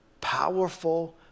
powerful